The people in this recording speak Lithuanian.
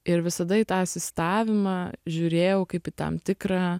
ir visada į tą asistavimą žiūrėjau kaip į tam tikrą